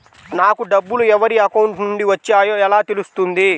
నాకు డబ్బులు ఎవరి అకౌంట్ నుండి వచ్చాయో ఎలా తెలుస్తుంది?